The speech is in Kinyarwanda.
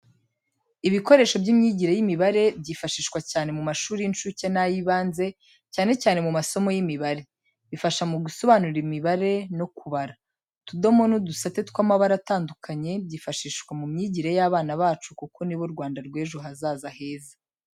Ibikoresho by’imyigire y’imibare, byifashishwa cyane mu mashuri y’incuke n’ay’ibanze, cyane cyane mu masomo y’imibare. Bifasha mu gusobanura imibare no kubara. Utudomo n'udusate tw’amabara atandukanye, byifashishwa mu myigire y'abana bacu kuko ni bo Rwanda rw'ejo hazaza heza.